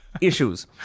issues